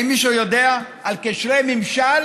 האם מישהו יודע, על קשרי ממשל